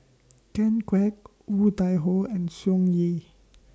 Ken Kwek Woon Tai Ho and Tsung Yeh